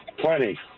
plenty